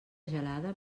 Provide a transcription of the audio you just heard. gelada